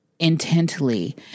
Intently